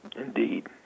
Indeed